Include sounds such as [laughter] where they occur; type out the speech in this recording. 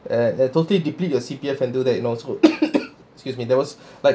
and totally deplete your C_P_F until that knows good [coughs] excuse me there was like